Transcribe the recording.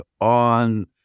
on